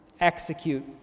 execute